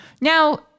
Now